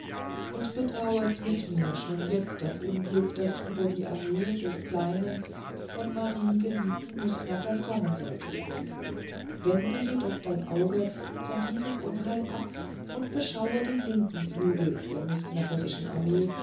und betrauerst mit mir schon jetzt das unglück was über die armee des kleinen von marie geliebten nußknackers kommen sollte wende jedoch dein auge von diesem unheil ab und beschaue den linken flügel der nußknackerischen armee